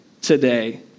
today